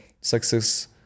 success